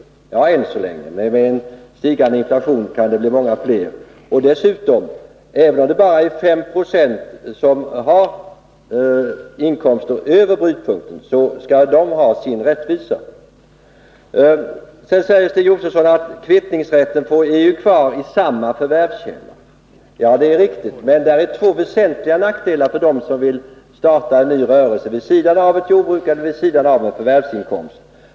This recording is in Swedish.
Ja, än så länge har de det. Men med en stigande inflation kan det bli mycket fler som kommer över brytpunkten. Dessutom: Även om det bara är 5 90 av jordbrukarna som har inkomster över brytpunkten, skall dessa kunna kräva rättvisa. Stig Josefson säger vidare att kvittningsrätten är kvar i samma förvärvskälla. Ja, det är riktigt. Men det finns två väsentliga nackdelar när det gäller dem som vill starta en ny rörelse vid sidan av ett jordbruk eller en förvärvsinkomst.